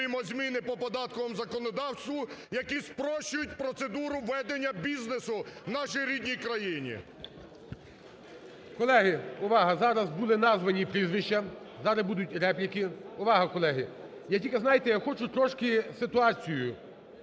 зміни по податковому законодавству, які спрощують процедуру ведення бізнесу в нашій рідній країні. ГОЛОВУЮЧИЙ. Колеги, увага! Зараз були названі прізвища, зараз будуть репліки. Увага, колеги! Я тільки, знаєте, я хочу трошки ситуацію…